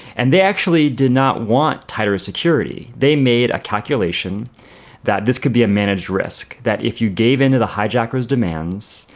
and they actually did not want tighter security. they made a calculation that this could be a managed risk, that if you gave in to the hijackers' demands,